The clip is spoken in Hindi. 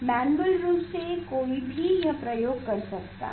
मैन्युअल रूप से कोई भी यह प्रयोग कर सकता है